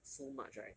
so much right